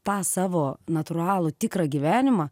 tą savo natūralų tikrą gyvenimą